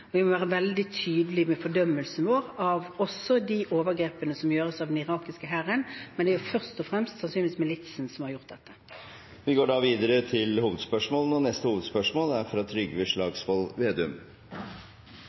Vi må være veldig tydelige i fordømmelsen vår også av de overgrepene som begås av den irakiske hæren, men det er sannsynligvis først og fremst militsen som har gjort dette. Vi går videre til neste hovedspørsmål. Regjeringens kommunereform som lokaldemokratireform ble avlyst før påske og